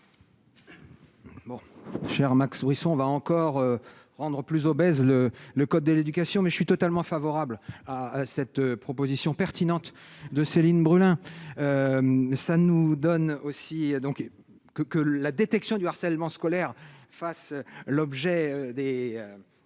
Bon cher Max Brisson va encore rendre plus obèses le le code de l'éducation, mais je suis totalement favorable à cette proposition pertinente de Céline Brulin, ça nous donne aussi donc que que la détection du harcèlement scolaire fasse l'objet des